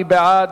מי בעד?